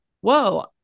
whoa